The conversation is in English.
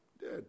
dead